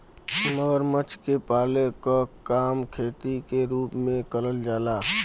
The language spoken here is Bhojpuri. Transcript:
मगरमच्छ के पाले क काम खेती के रूप में करल जाला